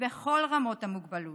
ובכל רמות המוגבלות.